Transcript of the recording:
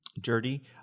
dirty